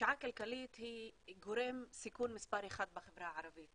פשיעה כלכלית היא גורם סיכון מספר אחת בחברה הערבית